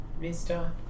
mister